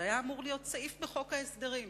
זה היה אמור להיות סעיף בחוק ההסדרים.